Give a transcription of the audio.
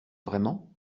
vraiment